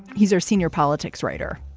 he's our senior politics writer.